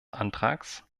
antrags